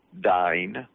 dying